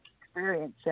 experience